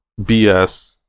BS